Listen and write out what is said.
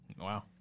Wow